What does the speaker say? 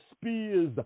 spears